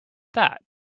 that